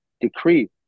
decree